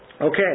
Okay